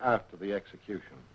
after the execution